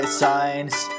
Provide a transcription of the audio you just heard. signs